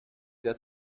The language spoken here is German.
der